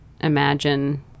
imagine